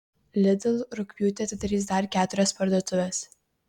lidl rugpjūtį atidarys dar keturias parduotuves